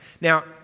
Now